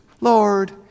Lord